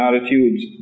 attitudes